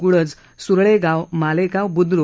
गुळज सुरळेगाव मालेगाव बु